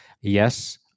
Yes